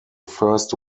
first